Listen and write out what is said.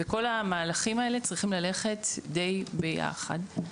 כל המהלכים האלה צריכים ללכת די ביחד.